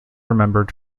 remembered